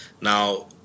now